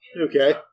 Okay